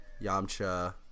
Yamcha